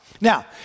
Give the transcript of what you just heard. Now